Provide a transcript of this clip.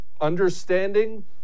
understanding